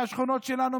מהשכונות שלנו,